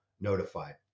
notified